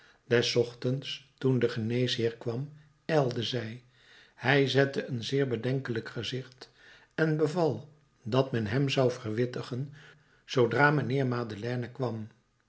des ochtends toen de geneesheer kwam ijlde zij hij zette een zeer bedenkelijk gezicht en beval dat men hem zou verwittigen zoodra mijnheer madeleine kwam